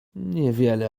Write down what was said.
niewiele